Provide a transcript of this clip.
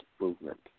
movement